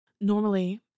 normally